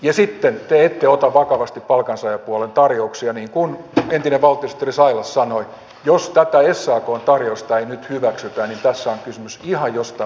ja sitten te ette ota vakavasti palkansaajapuolen tarjouksia niin kuin entinen valtiosihteeri sailas sanoi että jos tätä sakn tarjousta ei nyt hyväksytä niin tässä on kysymys ihan jostain muusta kuin kilpailukyvystä